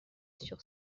sur